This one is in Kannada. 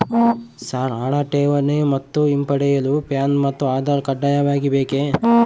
ಸರ್ ಹಣ ಠೇವಣಿ ಮತ್ತು ಹಿಂಪಡೆಯಲು ಪ್ಯಾನ್ ಮತ್ತು ಆಧಾರ್ ಕಡ್ಡಾಯವಾಗಿ ಬೇಕೆ?